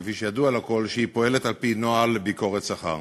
כפי שידוע לכול, שהוא פועל על-פי נוהל ביקורת שכר.